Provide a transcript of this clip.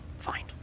Fine